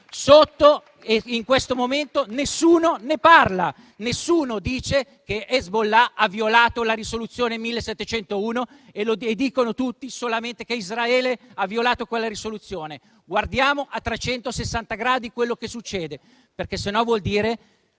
In questo momento nessuno ne parla, nessuno dice che Hezbollah ha violato la risoluzione n. 1701, mentre tutti dicono solamente che Israele ha violato quella risoluzione. Guardiamo a 360 gradi quello che succede, altrimenti vuol dire